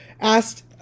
asked